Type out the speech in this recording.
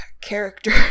character